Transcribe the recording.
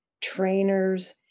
trainers